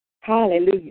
Hallelujah